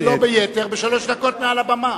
ודאי, בשלוש דקות מעל הבמה.